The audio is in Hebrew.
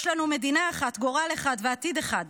"יש לנו מדינה אחת, גורל אחד ועתיד אחד.